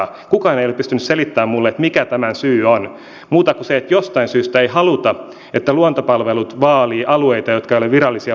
kukaan ei ole pystynyt selittämään minulle mikä tämän syy on muuta kuin se että jostain syystä ei haluta että luontopalvelut vaalii alueita jotka eivät ole virallisia luonnonsuojelualueita